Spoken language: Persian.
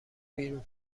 بیرون